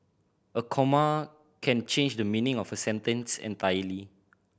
a comma can change the meaning of a sentence entirely